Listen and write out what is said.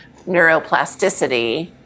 neuroplasticity